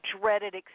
dreaded